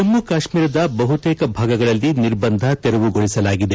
ಜಮ್ಮು ಕಾಶ್ಟೀರದ ಬಹುತೇಕ ಭಾಗಗಳಲ್ಲಿ ನಿರ್ಬಂಧ ತೆರವುಗೊಳಿಸಲಾಗಿದೆ